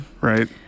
Right